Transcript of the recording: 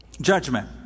judgment